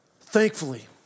Thankfully